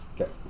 Okay